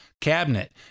cabinet